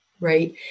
right